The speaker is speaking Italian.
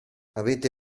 avete